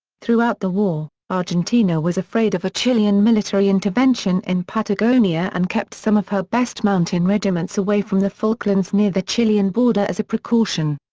throughout the war, argentina was afraid of a chilean military intervention in patagonia and kept some of her best mountain regiments away from the falklands near the chilean border as a precaution.